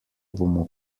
bomo